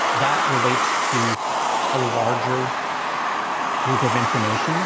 that relates to a larger group of information